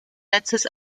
netzes